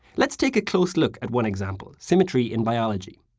let's take a close look at one example symmetry in biology.